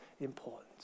important